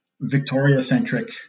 Victoria-centric